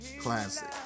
classic